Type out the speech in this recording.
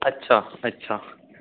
ਅੱਛਾ ਅੱਛਾ